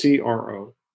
CRO